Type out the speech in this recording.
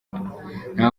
nta